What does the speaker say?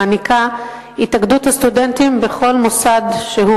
מעניקה התאחדות הסטודנטים בכל מוסד שהוא.